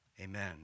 amen